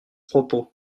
propos